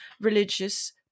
religious